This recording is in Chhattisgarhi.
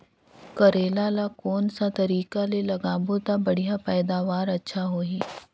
करेला ला कोन सा तरीका ले लगाबो ता बढ़िया पैदावार अच्छा होही?